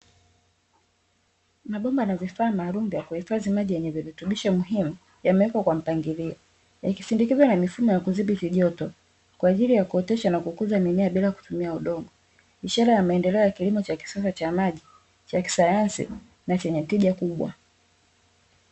Mabomba na vifaa maalum vya kuhifadhi maji yenye virutubisho muhimu yamewekwa kwa mpangilio yakisindikizwa na mifumo ya kuthibiti joto kwaajili ya kuotesha na kukuza mimea bila kutumia udongo, ishara ya maendeleo ya kilimo cha kisasa cha maji cha kisayansi na chenye tija kubwa.